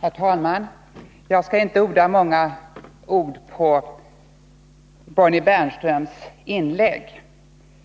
Herr talman! Jag skall inte offra många ord på Bonnie Bernströms inlägg.